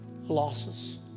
losses